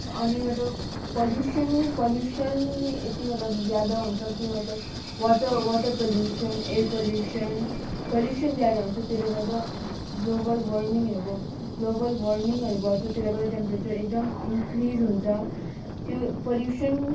अनि अरू पल्युसन पनि पल्युसन यति मतलब ज्यादा हुन्छ कि मतलब water water pollution air pollution pollution ज्यादा हुन्छ त्यसले गर्दा ग्लोबल वर्मिङहरूको ग्लोबल वर्मिङहरू बढ्छ त्यसले गर्दा टेम्प्रेचर एकदम इन्क्रिज हुन्छ त्यो पल्युसन